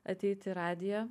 ateit į radiją